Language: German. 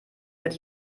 mit